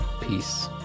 peace